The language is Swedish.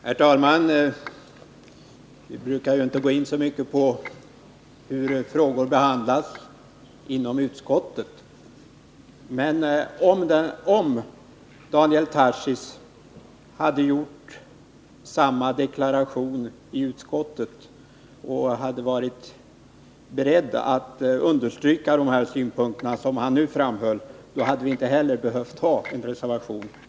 Herr talman! Vi brukar ju inte gå in på hur frågor behandlas inom utskottet, men om Daniel Tarschys hade gjort samma deklaration i utskottet som här i kammaren och om han i utskottet varit beredd att understryka de synpunkter som han nu framförde, hade vi inte heller behövt ha någon reservation.